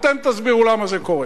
אתם תסבירו למה זה קורה.